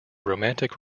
romantic